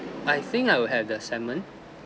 I think I would have the salmon